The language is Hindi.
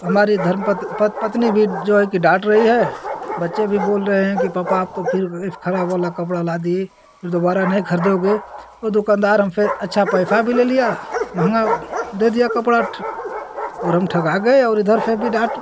हमारी धर्म पत पत पत्नी भी जो है कि डाँट रही है बच्चे भी बोल रहे हैं कि पापा आप तो फिर ख़राब वाला कपड़ा ला दिए फिर दोबारा नहीं खरीदोगे वह दुकानदार हमसे अच्छा पैसा भी ले लिया महँगा दे दिया कपड़ा और हम ठगा गए और इधर से भी डाँट